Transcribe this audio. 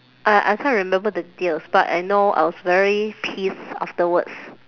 I I can't remember the details but I know I was very pissed afterwards